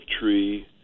tree